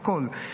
הכול,